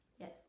Yes